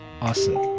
Awesome